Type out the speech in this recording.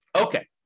Okay